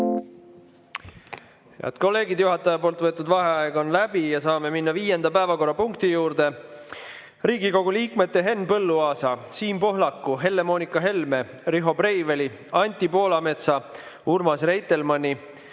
Head kolleegid! Juhataja võetud vaheaeg on läbi ja saame minna viienda päevakorrapunkti juurde: Riigikogu liikmete Henn Põlluaasa, Siim Pohlaku, Helle-Moonika Helme, Riho Breiveli, Anti Poolametsa, Urmas Reitelmanni,